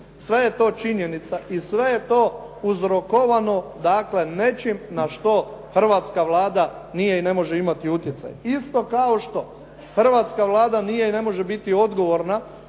Sve je to činjenica i sve je to uzrokovano, dakle nečim na što Hrvatska Vlada nije i ne može imati utjecaj. Isto kao što Hrvatska Vlada nije i ne može biti odgovorna